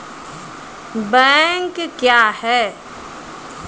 Bank क्या हैं?